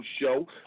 show